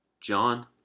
john